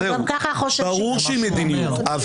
ברור שהיא מדיניות.